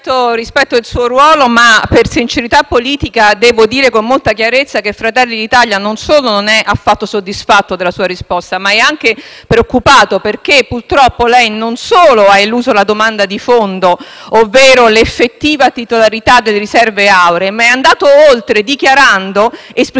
rispetto il suo ruolo ma, per sincerità politica, debbo dire con molta chiarezza che il Gruppo Fratelli d'Italia non solo non è affatto soddisfatto della sua risposta, ma è anche preoccupato perché, purtroppo, lei non solo ha eluso la domanda di fondo, ovvero l'effettiva titolarità delle riserve auree, ma è andato oltre, dichiarando esplicitamente